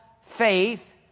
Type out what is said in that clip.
faith